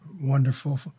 wonderful